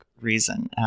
reason